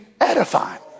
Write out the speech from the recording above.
edifying